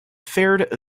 fared